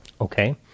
Okay